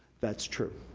that's true.